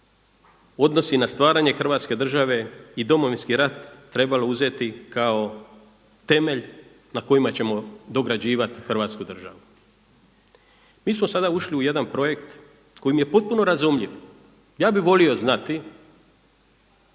odnosi na stvaranje Hrvatske države i Domovinski rat trebalo uzeti kao temelj na kojima ćemo dograđivati Hrvatsku državu. Mi smo sada ušli u jedan projekt koji mi je potpuno razumljiv, ja bih volio znati